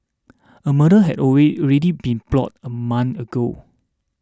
a murder had away already been plotted a month ago